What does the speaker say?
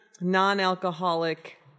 non-alcoholic